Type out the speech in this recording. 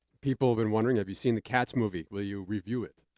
people have been wondering, have you seen the cats movie? will you review it?